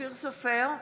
אופיר סופר,